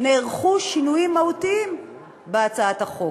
נערכו שינויים מהותיים בהצעת החוק.